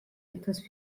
etwas